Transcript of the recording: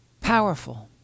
Powerful